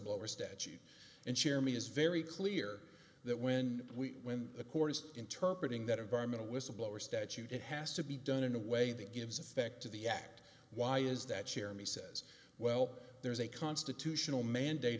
whistleblower statute and chairman is very clear that when we when the courts interpret in that environment a whistleblower statute it has to be done in a way that gives effect to the act why is that chair and he says well there's a constitutional mandate